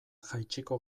jaitsiko